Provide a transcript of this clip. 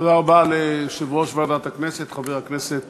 תודה רבה ליושב-ראש ועדת הכנסת, חבר הכנסת